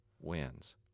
wins